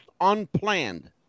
unplanned